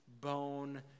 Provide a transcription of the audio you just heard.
bone